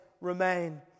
remain